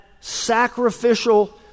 sacrificial